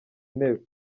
intebe